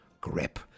grip